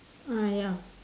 uh ya